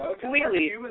Completely